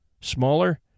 Smaller